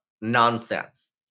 nonsense